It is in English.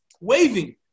waving